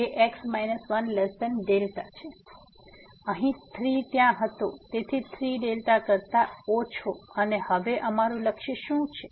તેથી અહીં 3 ત્યાં હતો તેથી 3δ કરતાં ઓછા અને હવે અમારું લક્ષ્ય શું છે